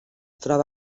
troba